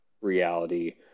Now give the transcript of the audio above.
reality